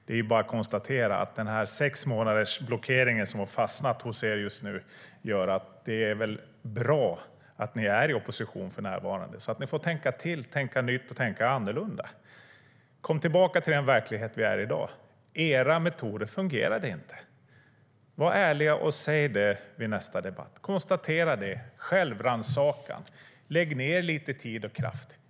Det är bara att konstatera att den sexmånadersblockering som just nu har fastnat hos er gör att det väl är bra att ni för närvarande är i opposition, så att ni får tänka till, tänka nytt och tänka annorlunda. Kom tillbaka till den verklighet vi har i dag! Era metoder fungerade inte. Var ärliga och säg det vid nästa debatt. Konstatera det! Rannsaka er själva. Lägg ned lite tid och kraft.